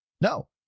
No